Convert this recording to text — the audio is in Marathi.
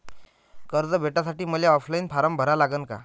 कर्ज भेटासाठी मले ऑफलाईन फारम भरा लागन का?